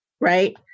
right